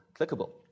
clickable